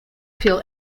feel